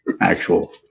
Actual